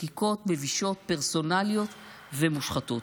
חקיקות מבישות, פרסונליות ומושחתות.